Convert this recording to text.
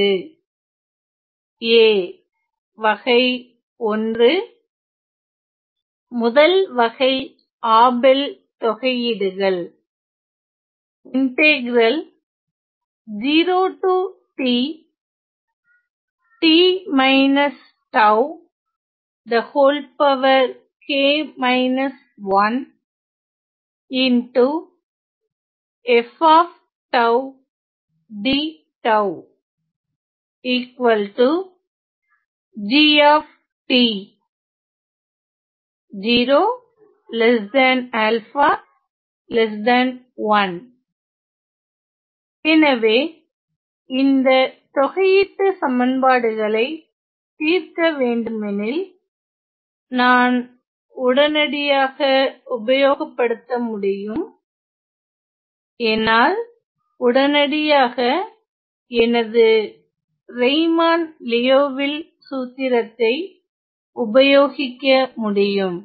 a வகை 1 முதல் வகை ஆபெல் தொகையீடுகள் எனவே இந்த தொகையீட்டு சமன்பாடுகளை தீர்க்க வேண்டுமெனில் நான் உடனடியாக உபயோகப்படுத்த முடியும் என்னால் உடனடியாக எனது ரெய்மான் லியோவில் சூத்திரத்தை உபயோகிக்க முடியும்